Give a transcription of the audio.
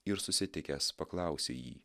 ir susitikęs paklausė jį